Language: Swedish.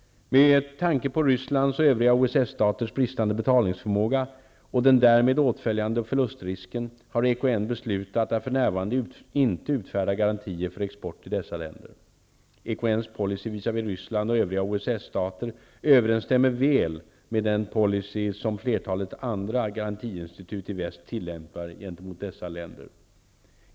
Med tanke på Rysslands och övriga OSS-staters bristande betalningsförmåga och den därmed åtföljande förlustrisken har EKN beslutat att för närvarande inte utfärda garantier för export till dessa länder. EKN:s policy visavi Ryssland och övriga OSS-stater överensstämmer väl med den policy som flertalet andra garantiinstitut i väst tillämpar gentemot dessa länder.